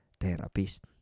therapist